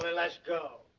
let's go.